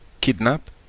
kidnap